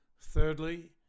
Thirdly